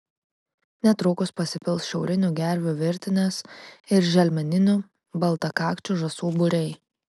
netrukus pasipils šiaurinių gervių virtinės ir želmeninių baltakakčių žąsų būriai